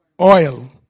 Oil